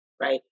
right